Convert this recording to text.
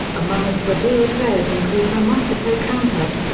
among its revered players include ramoncito campos,